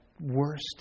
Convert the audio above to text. worst